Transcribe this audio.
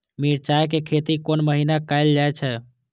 मिरचाय के खेती कोन महीना कायल जाय छै?